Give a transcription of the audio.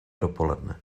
dopoledne